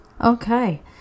okay